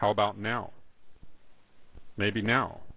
how about now maybe now